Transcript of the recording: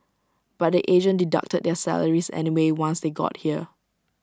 but the agent deducted their salaries anyway once they got here